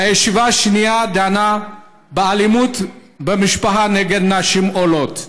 הישיבה השנייה דנה באלימות במשפחה נגד נשים עולות.